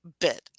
bit